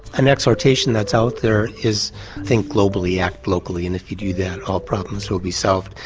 an exhortation that's out there is think globally, act locally and if you do that all problems will be solved,